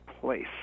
place